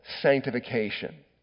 sanctification